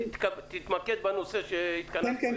תתמקד בנושא הדיון.